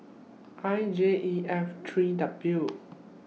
I J E F three W